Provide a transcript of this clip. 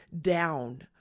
down